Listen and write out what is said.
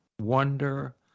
wonder